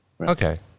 Okay